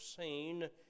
seen